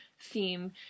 theme